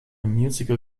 musical